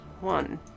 One